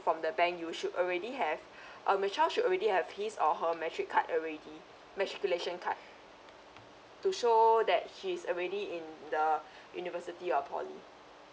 from the bank you should already have um your child should already have his or her metric card already matriculation card to show that she's already in the university or poly